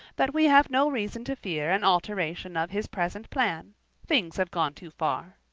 that we have no reason to fear an alteration of his present plan things have gone too far.